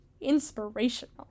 Inspirational